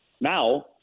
Now